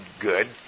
good